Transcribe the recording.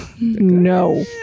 No